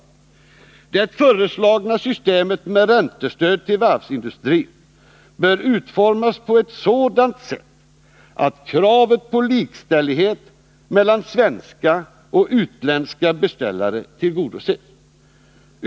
Det föreslagna systemet med räntestöd till varvsindustrin bör utformas på ett sådant sätt att kravet på likställighet mellan svenska och utländska beställare tillgodoses.